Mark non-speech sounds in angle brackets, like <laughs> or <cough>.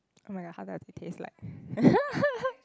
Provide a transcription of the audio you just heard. oh-my-god how does it taste like <laughs>